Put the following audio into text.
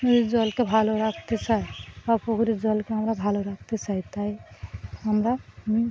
জলকে ভালো রাখতে চাই বা পুকুরীর জলকে আমরা ভালো রাখতে চাই তাই আমরা